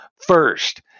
First